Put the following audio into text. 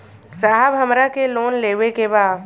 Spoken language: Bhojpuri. साहब हमरा के लोन लेवे के बा